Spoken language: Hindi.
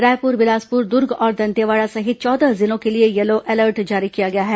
रायपुर बिलासपुर दुर्ग और दंतेवाड़ा सहित चौदह जिलों के लिए यलो अलर्ट जारी किया गया है